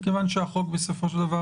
מכיוון שהחוק בסופו של דבר,